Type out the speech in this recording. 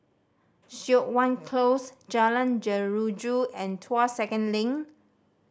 Siok Wan Close Jalan Jeruju and Tuas Second Link